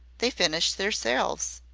they finish theirselves.